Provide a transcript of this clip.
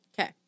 Okay